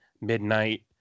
midnight